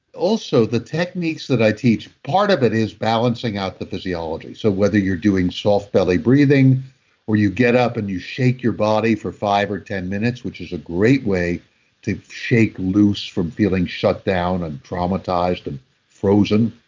the techniques that i teach, part of it is balancing out the physiology. so whether you're doing soft belly breathing or you get up and you shake your body for five or ten minutes, which is a great way to shake loose from feeling shut down and traumatized and frozen,